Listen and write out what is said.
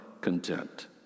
Content